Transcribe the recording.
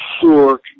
sure